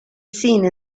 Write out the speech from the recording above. seen